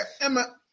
Emma